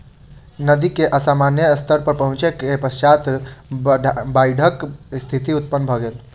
नदी के असामान्य स्तर पर पहुँचै के पश्चात बाइढ़क स्थिति उत्पन्न भ गेल